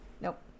nope